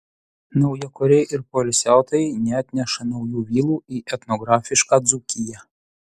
naujakuriai ir poilsiautojai neatneša naujų vilų į etnografišką dzūkiją